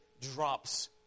drops